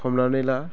हमनानै ला